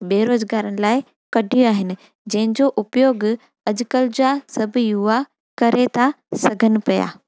बेरोज़गारनि लाइ कढी आहिनि जंहिंजो उपयोगु अॼुकल्ह जा सभु युवा करे था सघनि पिया